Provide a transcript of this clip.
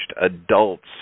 adults